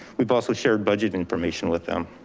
we've also shared budget information with them.